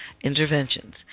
Interventions